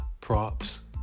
props